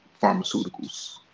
pharmaceuticals